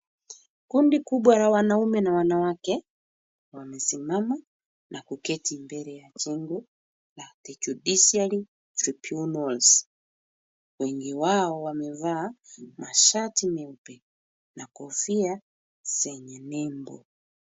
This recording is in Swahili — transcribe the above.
Kundi kubwa la wanaume na wanawake, wamesimama na kuketi mbele ya jengo la the judiciary tribunals . Wengi wao wamevaa mashati meupe na kofia zenye nembo.